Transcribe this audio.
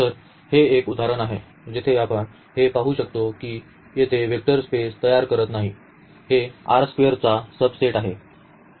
तर हे एक उदाहरण आहे जिथे आपण हे पाहू शकतो की येथे वेक्टर स्पेस तयार करत नाही हे या R स्क्वेअरचा सबसेट आहे